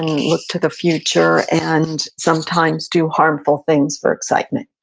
yeah to the future and sometimes do harmful things for excitement.